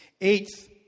Eighth